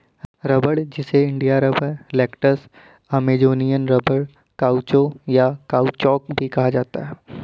रबड़, जिसे India rubber, latex, Amazonian rubber, काउचो, या काउचौक भी कहा जाता है